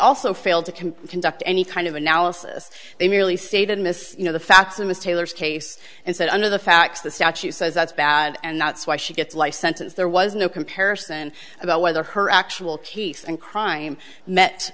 also failed to can conduct any kind of analysis they merely say that miss you know the facts in this taylor's case and said under the facts the statute says that's bad and that's why she gets life sentence there was no comparison about whether her actual peace and crime met